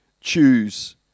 choose